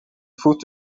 voet